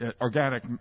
organic